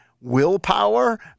willpower